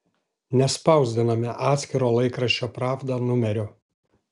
nespausdiname atskiro laikraščio pravda numerio